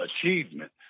achievement